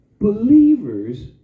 believers